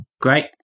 Great